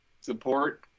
support